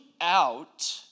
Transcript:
out